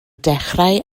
dechrau